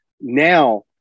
now